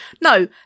No